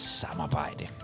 samarbejde